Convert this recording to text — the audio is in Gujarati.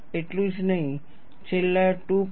એટલું જ નહીં છેલ્લા 2